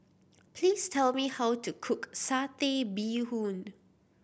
please tell me how to cook Satay Bee Hoon